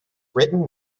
written